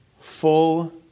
full